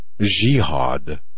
jihad